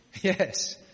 Yes